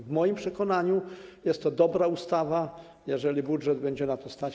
W moim przekonaniu jest to dobra ustawa, jeżeli budżet będzie na to stać.